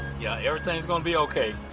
yeah, everything's going to be okay.